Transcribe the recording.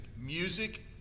Music